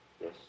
Yes